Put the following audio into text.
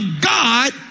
God